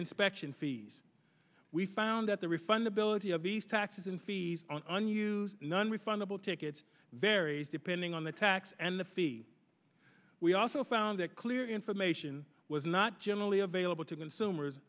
inspection fees we found that the refund ability of these taxes and fees on a new nonrefundable tickets varies depending on the tax and the fee we also found that clear information was not generally available to consumers